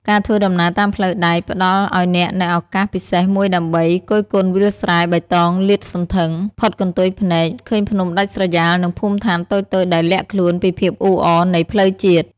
ការធ្វើដំណើរតាមផ្លូវដែកផ្តល់ឱ្យអ្នកនូវឱកាសពិសេសមួយដើម្បី គយគន់វាលស្រែបៃតងលាតសន្ធឹង ផុតកន្ទុយភ្នែក ឃើញភ្នំដាច់ស្រយាល និងភូមិដ្ឋានតូចៗដែលលាក់ខ្លួនពីភាពអ៊ូអរនៃផ្លូវជាតិ។